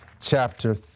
chapter